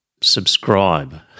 subscribe